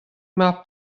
mar